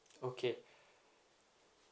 okay